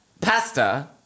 pasta